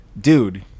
dude